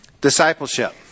discipleship